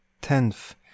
Tenth